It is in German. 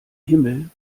himmel